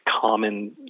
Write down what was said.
Common